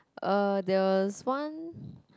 uh there was one